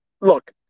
look